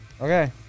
Okay